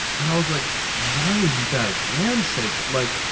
and i was like why isn't that a grand seiko! like,